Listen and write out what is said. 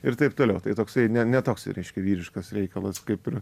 ir taip toliau tai toksai ne ne toks reiškia vyriškas reikalas kaip ir